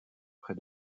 près